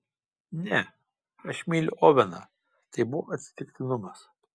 ne aš myliu oveną tai buvo atsitiktinumas